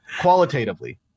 qualitatively